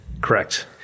Correct